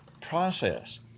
process